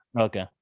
Okay